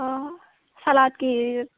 ꯑꯥ ꯁꯥꯂꯥꯗꯀꯤ